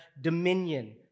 dominion